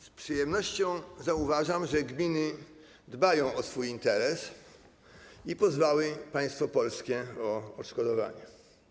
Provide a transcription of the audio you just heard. Z przyjemnością zauważam, że gminy dbają o swój interes i pozwały państwo polskie o odszkodowanie.